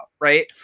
right